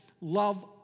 Love